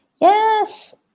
Yes